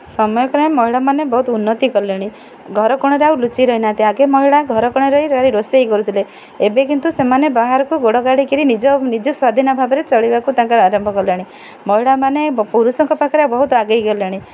ସମୟ କ୍ରମେ ମହିଳାମାନେ ବହୁତ ଉନ୍ନତି କଲେଣି ଘରକୋଣରେ ଆଉ ଲୁଚି ରହିନାହାନ୍ତି ଆଗେ ମହିଳା ଘରକୋଣରେ ରହି ରୋଷେଇ କରୁଥିଲେ ଏବେ କିନ୍ତୁ ସେମାନେ ବାହାରକୁ ଗୋଡ଼ ଗାଡ଼ିକରି ନିଜ ନିଜ ସ୍ୱାଧୀନ ଭାବରେ ଚଳିବାକୁ ତାଙ୍କର ଆରମ୍ଭ କଲେଣି ମହିଳାମାନେ ପୁରୁଷଙ୍କ ପାଖରେ ବହୁତ ଆଗେଇ ଗଲେଣି